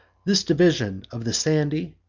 this division of the sandy,